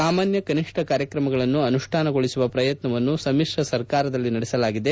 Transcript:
ಸಾಮಾನ್ಯ ಕನಿಷ್ಠ ಕಾರ್ಯಕ್ರಮಗಳನ್ನು ಆನುಷ್ಠಾನಗೊಳಿಸುವ ಪ್ರಯತ್ನವನ್ನು ಸಮ್ಮಿಶ್ರ ಸರ್ಕಾರದಲ್ಲಿ ನಡೆಸಲಾಗಿದೆ